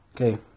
Okay